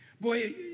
boy